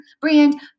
brand